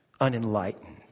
unenlightened